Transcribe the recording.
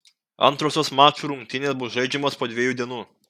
antrosios mačų rungtynės bus žaidžiamos po dviejų dienų